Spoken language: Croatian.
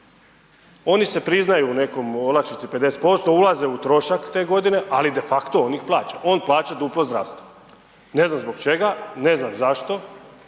Oni se priznaju u nekoj olakšici 50%, ulaze u trošak te godine ali de facto, on ih plaća. On plaća duplo zdravstvo. Ne znam zbog čega, ne znam zašto,